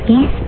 Yes